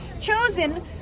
chosen